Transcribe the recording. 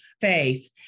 faith